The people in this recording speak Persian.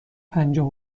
پنجاه